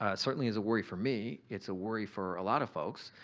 ah certainly is a worry for me. it's a worry for a lot of folks.